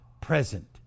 present